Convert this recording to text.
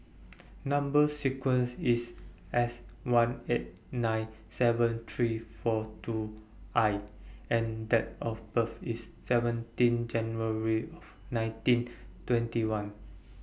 Number sequence IS S one eight nine seven three four two I and Date of birth IS seventeen January of nineteen twenty one